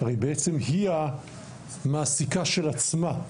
הרי בעצם היא המעסיקה של עצמה.